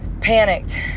panicked